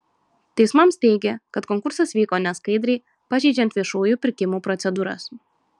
teismams teigė kad konkursas vyko neskaidriai pažeidžiant viešųjų pirkimų procedūras